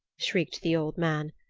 shrieked the old man.